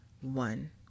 one